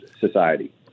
society